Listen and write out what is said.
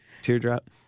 Teardrop